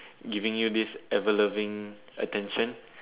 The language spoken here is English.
giving you this ever loving attention